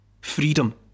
freedom